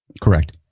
Correct